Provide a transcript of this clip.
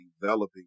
developing